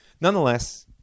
Nonetheless